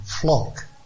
flock